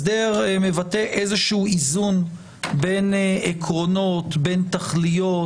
הסדר מבטא איזשהו איזון בין עקרונות, בין תכליות,